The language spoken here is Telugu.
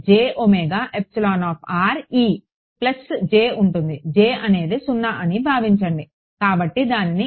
ప్లస్ J ఉంటుంది J అనేది 0 అని భావించండి కాబట్టి దానిని